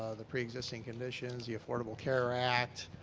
ah the pre-existing conditions, the affordable care act,